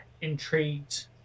intrigued